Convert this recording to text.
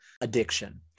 addiction